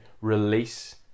release